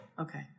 Okay